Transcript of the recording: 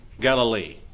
galilee